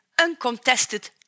uncontested